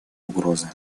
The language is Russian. угрозы